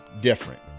different